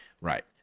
Right